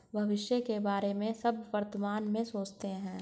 भविष्य के बारे में सब वर्तमान में सोचते हैं